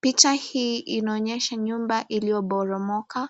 Picha hii inaonyesha nyumba iliyoporomoka